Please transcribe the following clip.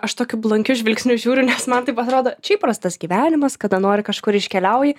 aš tokiu blankiu žvilgsniu žiūriu nes man taip atrodo čia įprastas gyvenimas kada nori kažkur iškeliauji